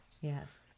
Yes